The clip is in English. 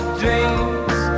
dreams